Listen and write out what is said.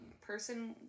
person